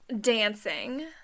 dancing